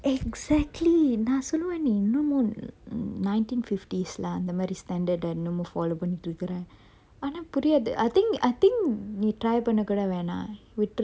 exactly நா சொல்லுவன் நீ இன்னும்:na solluvan nee innum nineteen fifties lah அந்த மாறி:antha mari standard ah இன்னுமும்:innumum follow பண்ணிட்டு இருக்குற ஆனா புரியாது:pannittu irukkura aana puriyathu I think I think நீ:nee try பண்ண கூட வேணாம் விட்டுரு:panna kooda venam vitturu